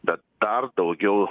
bet dar daugiau